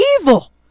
evil